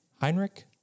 Heinrich